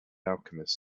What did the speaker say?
alchemist